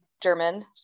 german